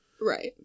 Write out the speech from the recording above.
right